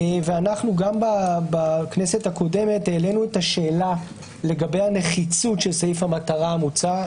וגם בכנסת הקודמת העלינו את השאלה לגבי הנחיצות של סעיף המטרה המוצע.